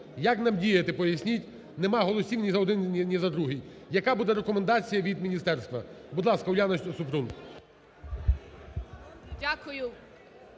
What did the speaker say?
як нам діяти, поясніть, немає голосів ні за один, ні за другий, яка буде рекомендація від міністерства. Будь ласка, Уляна Супрун.